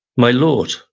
my lord,